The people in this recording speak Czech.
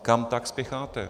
Kam tak spěcháte?